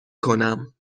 کنم